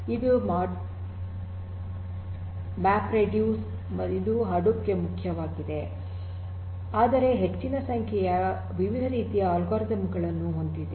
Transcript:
ಇದು ಮ್ಯಾಪ್ರೆಡ್ಯೂಸ್ ಇದು ಹಡೂಪ್ ಗೆ ಮುಖ್ಯವಾಗಿದೆ ಆದರೆ ಹೆಚ್ಚಿನ ಸಂಖ್ಯೆಯ ವಿವಿಧ ರೀತಿಯ ಅಲ್ಗೊರಿದಮ್ ಗಳನ್ನೂ ಒಳಗೊಂಡಿದೆ